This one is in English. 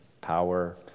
power